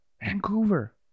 Vancouver